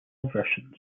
versions